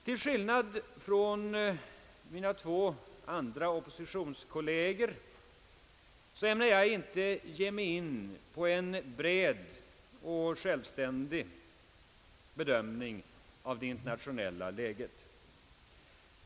Till skillnad från mina två andra oppositionskolleger ämnar jag inte ge mig in på en bred och självständig bedömning av det internationella läget.